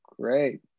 Great